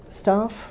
staff